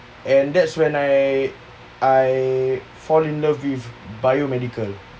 and that's when I I fall in love with biomedical